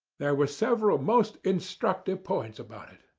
there were several most instructive points about it.